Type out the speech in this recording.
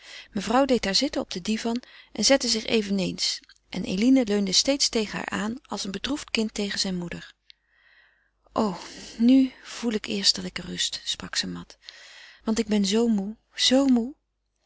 mevrouw deed haar zitten op den divan zette zich eveneens en eline leunde steeds tegen haar aan als een bedroefd kind tegen zijn moeder o nu nu voel ik eerst dat ik rust sprak ze mat want ik ben zoo moê zoo moê